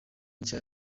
nshya